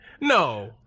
no